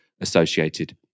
Associated